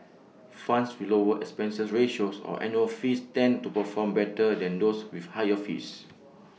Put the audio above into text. funds with lower expense ratios or annual fees tend to perform better than those with higher fees